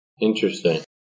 Interesting